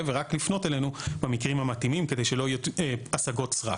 ורק לפנות אלינו במקרים המתאימים כדי שלא יהיו השגות סרק.